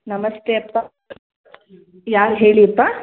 ನಮಸ್ತೆ ಅಪ್ಪ ಯಾರು ಹೇಳೀಪ್ಪ